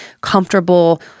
comfortable